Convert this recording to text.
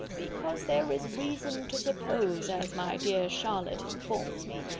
because there is reason to suppose as my dear charlotte informs me,